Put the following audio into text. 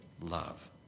love